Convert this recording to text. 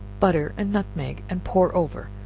butter and nutmeg, and pour over,